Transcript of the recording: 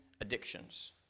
addictions